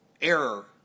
error